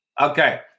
Okay